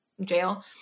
jail